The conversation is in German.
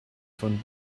von